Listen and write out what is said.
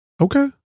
Okay